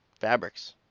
fabrics